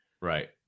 Right